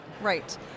Right